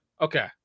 Okay